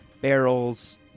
barrels